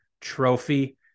trophy